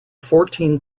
fourteen